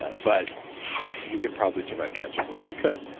and but you can probably survive cancer more than you could.